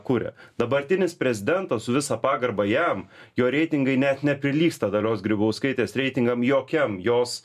kuria dabartinis prezidentas su visa pagarba jam jo reitingai net neprilygsta dalios grybauskaitės reitingam jokiam jos